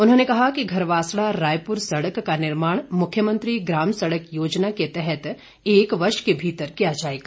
उन्होंने कहा कि घरवासड़ा रायपुर सड़क का निर्माण मुख्यमंत्री ग्राम सड़क योजना के तहत एक वर्ष के भीतर किया जाएगा